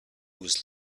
was